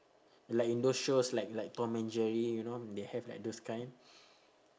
like in those shows like like tom and jerry you know they have like those kind